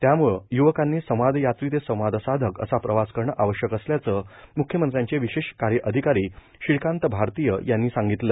त्याम्ळं य्वकांनी संवादयात्री ते संवादसाधक असा प्रवास करणं आवश्यक असल्याचं मुख्यमंत्र्यांचे विशेष कार्य अधिकारी श्रीकांत भारतीय यांनी सांगितलं